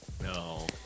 No